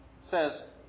says